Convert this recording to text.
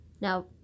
Now